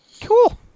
Cool